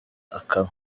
akaba